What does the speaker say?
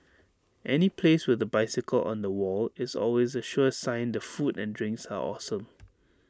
any place with A bicycle on the wall is always A sure sign the food and drinks are awesome